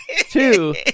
Two